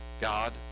God